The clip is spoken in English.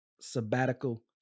sabbatical